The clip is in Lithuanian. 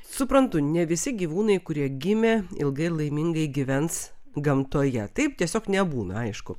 suprantu ne visi gyvūnai kurie gimė ilgai ir laimingai gyvens gamtoje taip tiesiog nebūna aišku